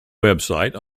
website